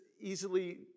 easily